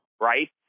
right